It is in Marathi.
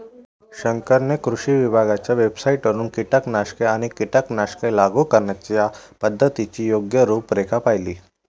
शंकरने कृषी विभागाच्या वेबसाइटवरून कीटकनाशके आणि कीटकनाशके लागू करण्याच्या पद्धतीची योग्य रूपरेषा पाहिली